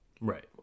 Right